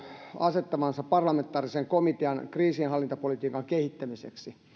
asettavansa parlamentaarisen komitean kriisinhallintapolitiikan kehittämiseksi